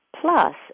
plus